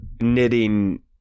knitting